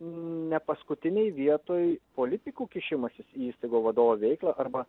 ne paskutinėj vietoj politikų kišimasis į įstaigų vadovo veiklą arba